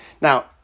Now